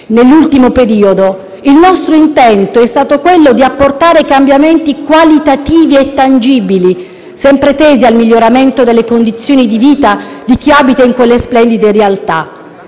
nell'ultimo periodo, il nostro intento è stato apportare cambiamenti qualitativi e tangibili sempre tesi al miglioramento delle condizioni di vita di chi abita in quelle splendide realtà.